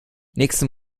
nächsten